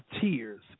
tears